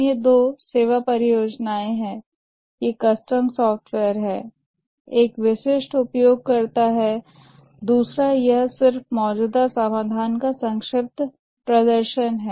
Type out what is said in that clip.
अन्य दो सेवा परियोजनाएं हैं ये कस्टम सॉफ्टवेयर हैं एक विशिष्ट उपयोगकर्ता है दूसरा यह सिर्फ मौजूदा समाधान का संक्षिप्त प्रदर्शन है